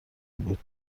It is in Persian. بود